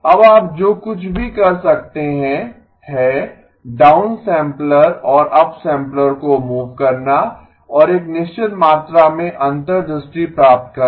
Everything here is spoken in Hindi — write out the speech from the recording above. अब आप जो कुछ भी कर सकते हैं है डाउनसैम्पलर और अपसैम्पलर को मूव करना और एक निश्चित मात्रा में अंतर्दृष्टि प्राप्त करना